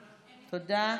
תודה.